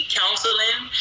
counseling